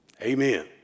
Amen